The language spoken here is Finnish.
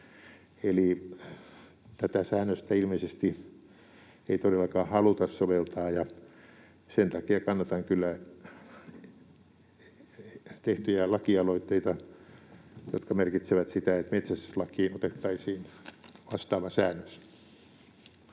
Eli tätä säännöstä ilmeisesti ei todellakaan haluta soveltaa, ja sen takia kannatan kyllä tehtyjä lakialoitteita, jotka merkitsevät sitä, että metsästyslakiin otettaisiin vastaava säännös.